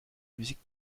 musique